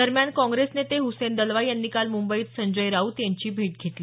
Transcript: दरम्यान काँग्रेस नेते हुसेन दलवाई यांनी काल मुंबईत संजय राऊत यांची भेट घेतली